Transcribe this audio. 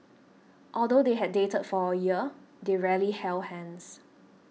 although they had dated for a year they rarely held hands